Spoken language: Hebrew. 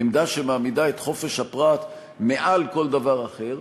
עמדה שמעמידה את חופש הפרט מעל כל דבר אחר,